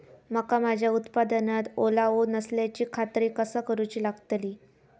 मका माझ्या उत्पादनात ओलावो नसल्याची खात्री कसा करुची लागतली?